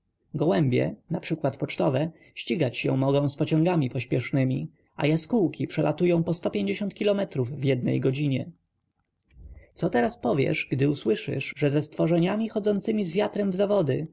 gołębie np pocztowe ścigać się mogą z pociągami pośpiesznemi a jaskółki przelatują po kilo metrów w jednej godzinie co teraz powiesz gdy usłyszysz że ze stworzeniami chodzącemi z wiatrem w zawody